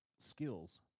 skills